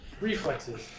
reflexes